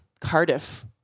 Cardiff